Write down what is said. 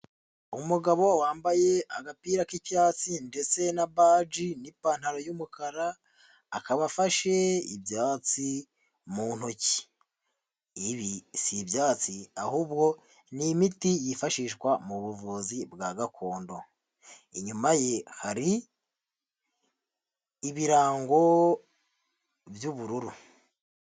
Umugabo wambaye agapira k'icyatsi ndetse na baji n'ipantaro y'umukara, akaba afashe ibyatsi mu ntoki, ibi si ibyatsi ahubwo ni imiti yifashishwa mu buvuzi bwa gakondo, inyuma ye hari ibirango by'ubururu.